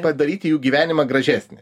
padaryti jų gyvenimą gražesnį